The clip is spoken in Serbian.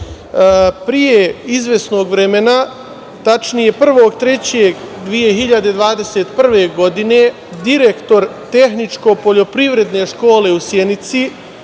izvesnog vremena, tačnije, 1. marta 2021. godine, direktor Tehničko-poljoprivredne škole u Sjenici,